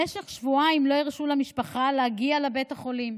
במשך שבועיים לא הרשו למשפחה להגיע לבית החולים.